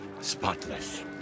Spotless